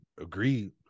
Agreed